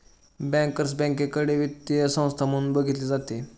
bankers बँकेकडे वित्तीय संस्था म्हणून बघितले जाते